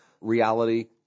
reality